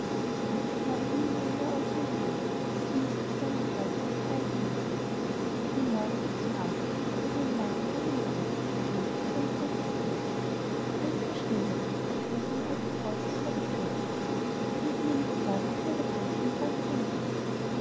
endlich aber gingen ihr alle ausreden aus und sie mußte sich eines tags auf die reise machen von morgen bis zu abend ging sie durch einen langen langen wald und kam endlich vor ein großes haus alles war still darin bloß eine alte frau saß vor der thüre kann sie mir nicht sagen ob hier der prinz mein bräutigam wohnt